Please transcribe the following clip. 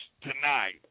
tonight